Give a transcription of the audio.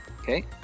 Okay